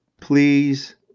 Please